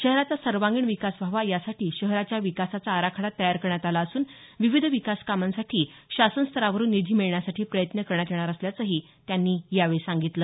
शहराचा सर्वांगीण विकास व्हावा यासाठी शहराच्या विकासाचा आराखडा तयार करण्यात आला असून विविध विकास कामांसाठी शासनस्तरावरुन निधी मिळण्यासाठी प्रयत्न करण्यात येणार असल्याचंही त्यांनी यावेळी सांगितलं